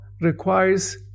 requires